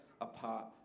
apart